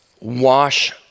wash